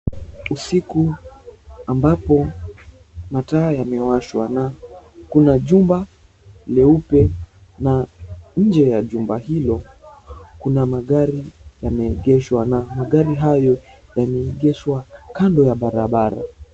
Usiku, ambapo mataa yamewashwa. Na kuna jumba leupe, na nje ya jumba hilo, kuna magari yameegeshwa. Na magari hayo yameegeshwa kando ya barabara.